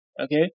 okay